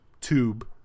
tube